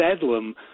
bedlam